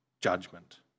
judgment